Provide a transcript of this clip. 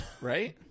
Right